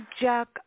Jack